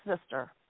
sister